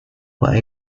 were